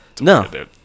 No